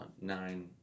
nine